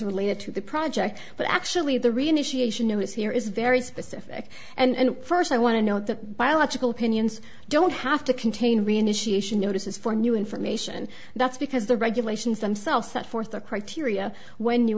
related to the project but actually the re initiation notice here is very specific and first i want to note the biological opinions don't have to contain re initiation notices for new information that's because the regulations themselves set forth the criteria when